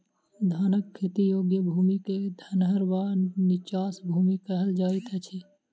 धानक खेती योग्य भूमि क धनहर वा नीचाँस भूमि कहल जाइत अछि